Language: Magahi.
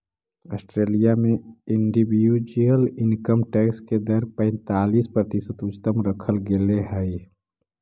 ऑस्ट्रेलिया में इंडिविजुअल इनकम टैक्स के दर पैंतालीस प्रतिशत उच्चतम रखल गेले हई